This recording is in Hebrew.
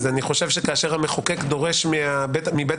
אז אני חושב שכאשר המחוקק דורש מבית